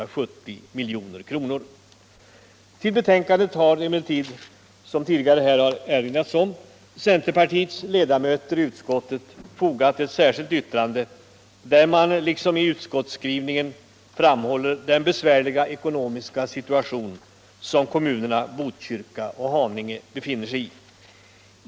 Till betänkandet har emellertid centerpartiets ledamöter i utskottet fogat ett särskilt yttrande där de, liksom vi gör i utskottsskrivningen, framhåller den besvärliga ekonomiska situation som kommunerna Botkyrka och Haninge befinner sig i. .